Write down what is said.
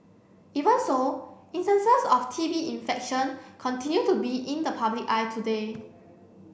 even so instances of T B infection continue to be in the public eye today